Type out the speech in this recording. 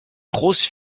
grosses